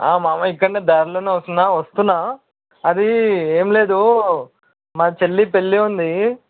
మామ ఇక్కడ దారిలో వస్తున్నాను వస్తున్నాను అది ఏమి లేదు మా చెల్లి పెళ్ళి ఉంది